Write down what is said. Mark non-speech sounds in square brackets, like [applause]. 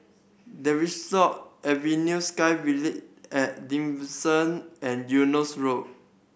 Tavistock Avenue SkyVille At [unintelligible] and Eunos Road